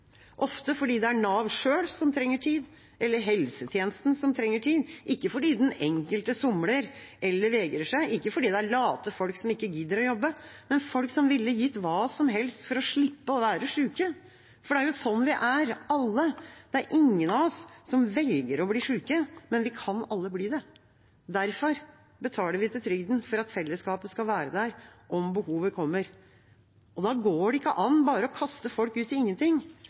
ofte fordi det er Nav selv som trenger tid, eller helsetjenesten som trenger tid, ikke fordi den enkelte somler eller vegrer seg, ikke fordi det er late folk som ikke gidder å jobbe, men folk som ville gitt hva som helst for å slippe å være syke. For det er jo sånn vi er, alle – det er ingen av oss som velger å bli syke, men vi kan alle bli det. Derfor betaler vi til trygden, for at fellesskapet skal være der, om behovet kommer. Da går det ikke an bare å kaste folk ut til ingenting.